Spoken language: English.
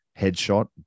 headshot